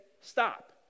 stop